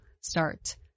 start